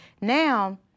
Now